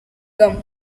gum